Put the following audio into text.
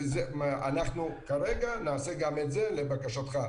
אנחנו כרגע נעשה גם את זה לבקשתך,